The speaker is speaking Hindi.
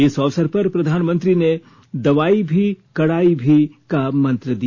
इस अवसर पर प्रधानमंत्री ने दवाई भी कड़ाई भी का मंत्र दिया